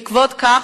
בעקבות כך,